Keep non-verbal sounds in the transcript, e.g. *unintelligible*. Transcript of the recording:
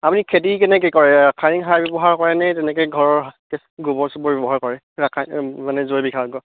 আপুনি খেতি কেনেকৈ কৰে ৰাসায়নিক সাৰ ব্য়ৱহাৰ কৰে নে তেনেকৈ ঘৰৰ *unintelligible* গোৱৰ চোবৰ ব্য়ৱহাৰ কৰে ৰাসায়নিক মানে জৈৱিক সাৰ